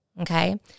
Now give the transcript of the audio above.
okay